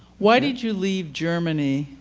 why did you leave germany,